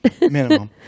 minimum